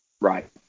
Right